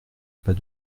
pas